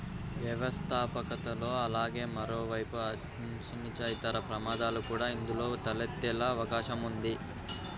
వ్యవస్థాపకతలో అలాగే మరోవైపు అనిశ్చితి, ఇతర ప్రమాదాలు కూడా ఇందులో తలెత్తే అవకాశం ఉంది